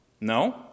No